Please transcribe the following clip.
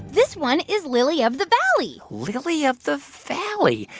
this one is lily of the valley lily of the valley,